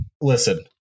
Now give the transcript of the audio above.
Listen